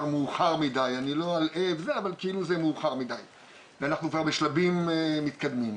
מאוחר מדי ואנחנו כבר בשלבים מתקדמים.